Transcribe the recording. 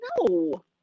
No